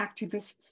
activists